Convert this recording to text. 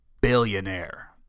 billionaire